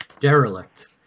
derelict